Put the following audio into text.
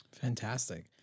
Fantastic